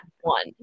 one